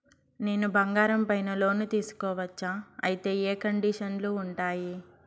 నేను బంగారం పైన లోను తీసుకోవచ్చా? అయితే ఏ కండిషన్లు ఉంటాయి?